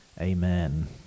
Amen